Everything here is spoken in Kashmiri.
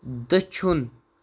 دٔچھُن